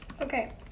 Okay